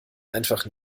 einfach